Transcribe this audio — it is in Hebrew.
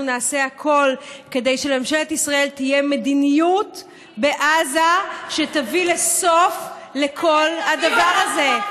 נעשה הכול כדי שלממשלת ישראל תהיה מדיניות בעזה שתביא סוף לכל הדבר הזה,